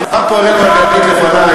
אמר פה אראל מרגלית לפני,